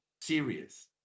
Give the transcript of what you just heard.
serious